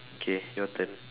okay your turn